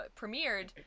premiered